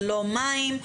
ללא מים,